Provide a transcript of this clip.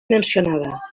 mencionada